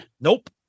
Nope